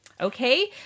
Okay